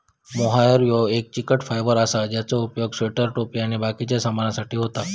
mohair ह्यो एक चिकट फायबर असा ज्याचो उपयोग स्वेटर, टोपी आणि बाकिच्या सामानासाठी होता